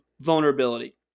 vulnerability